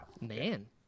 man